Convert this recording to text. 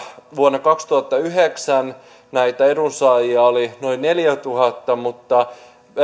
vuonna kaksituhattayhdeksän näitä edunsaajia oli noin neljätuhatta mutta